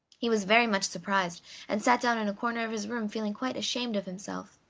he was very much surprised and sat down in a corner of his room feeling quite ashamed of himself.